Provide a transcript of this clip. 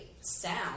sound